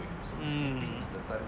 mm